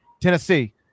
Tennessee